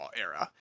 era